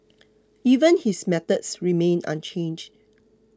even his methods remain unchanged